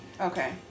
Okay